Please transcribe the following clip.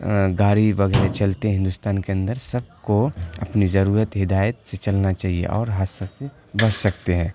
گاڑی وغیرہ چلتے ہیں ہندوستان کے اندر سب کو اپنی ضرورت ہدایت سے چلنا چاہیے اور حادثہ سے بچ سکتے ہیں